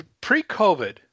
Pre-COVID